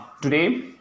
today